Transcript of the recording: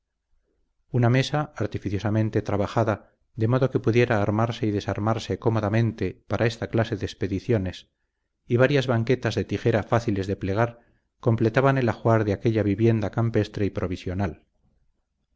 una mesa artificiosamente trabajada de modo que pudiera armarse y desarmarse cómodamente para esta clase de expediciones y varias banquetas de tijera fáciles de plegar completaban el ajuar de aquella vivienda campestre y provisional